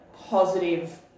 positive